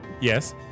Yes